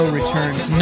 returns